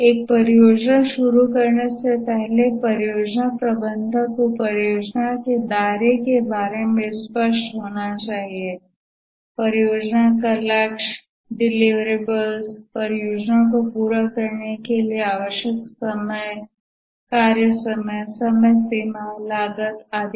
एक परियोजना शुरू करने से पहले परियोजना प्रबंधक को परियोजना के दायरे के बारे में स्पष्ट होना चाहिए परियोजना का लक्ष्य डिलिवरेबल्स परियोजना को पूरा करने के लिए आवश्यक कार्य समय सीमा और लागत आदि